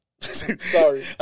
Sorry